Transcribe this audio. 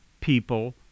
people